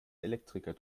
elektriker